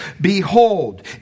Behold